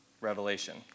Revelation